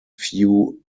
few